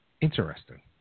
Interesting